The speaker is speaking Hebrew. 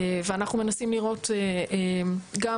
ואנחנו מנסים לראות גם.